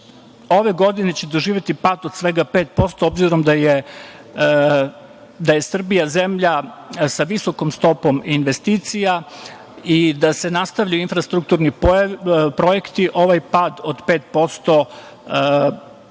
ove godine će doživeti pad od svega 5%, obzirom da je Srbija zemlja sa visokom stopom investicija i da se nastavljaju infrastrukturni projekti. Ovaj pad od 5% nije